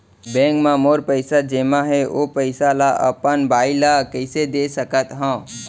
Bank म मोर पइसा जेमा हे, ओ पइसा ला अपन बाई ला कइसे दे सकत हव?